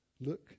Look